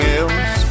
else